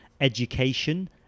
education